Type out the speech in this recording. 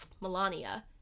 Melania